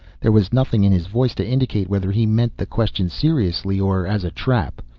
there was nothing in his voice to indicate whether he meant the question seriously, or as a trap.